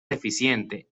deficiente